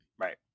Right